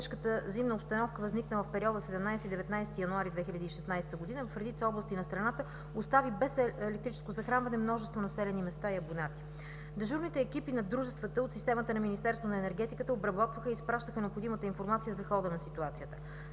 тежката зимна обстановка, възникнала в периода 17 – 19 януари 2016 г. в редица области на страната, остави без електрическо захранване множество населени места и абонати. Дежурните екипи на дружествата от системата на Министерството на енергетиката обработваха и изпращаха необходимата информация за хода на ситуацията.